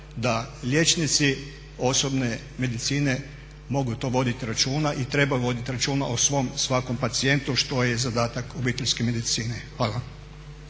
da liječnici osobne medicine mogu to voditi računa i trebaju voditi računa o svom svakom pacijentu što je zadatak obiteljske medicine. Hvala.